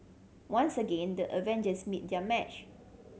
once again the Avengers meet their match